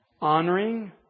honoring